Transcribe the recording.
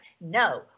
No